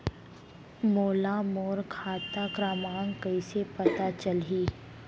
मोला मोर खाता क्रमाँक कइसे पता चलही?